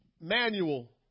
manual